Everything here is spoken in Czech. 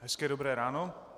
Hezké dobré ráno.